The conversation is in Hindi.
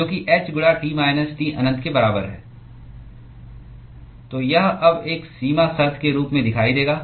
जो कि h गुणा T माइनस T अनंत के बराबर है तो यह अब एक सीमा शर्त के रूप में दिखाई देगा